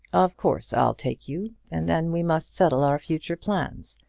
of course i'll take you. and then we must settle our future plans.